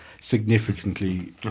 significantly